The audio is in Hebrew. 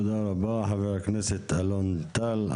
תודה רבה חבר הכנסת אלון טל.